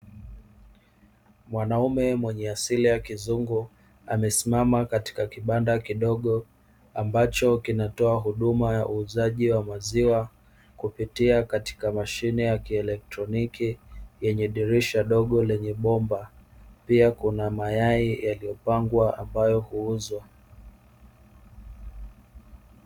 Mwanaume mwenye asili ya kizungu, amesimama katika kibanda kidogo ambacho kinatoa huduma ya uuzaji wa maziwa kupitia katika mashine ya kielektroniki, yenye dirisha dogo lenye bomba. Pia kuna mayai yaliyopangwa ambayo huuzwa.